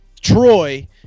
troy